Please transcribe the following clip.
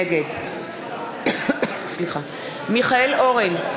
נגד מיכאל אורן,